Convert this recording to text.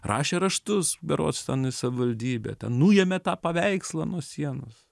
rašė raštus berods ten į savivaldybę ten nuėmė tą paveikslą nuo sienos